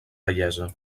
bellesa